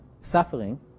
suffering